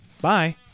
Bye